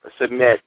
submit